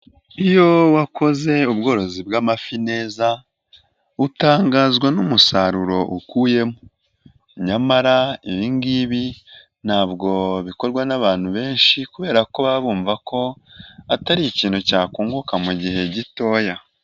Iyo wakoze ubworozi bw'amafi neza utangazwa n'umusaruro ukuyemo, nyamara ibingibi ntabwo bikorwa n'abantu benshi kubera ko bumva ko atari ikintu cyakunguka mu gihe gitoya.